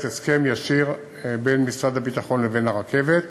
הסדר ישיר בין משרד הביטחון לבין הרכבת.